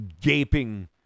gaping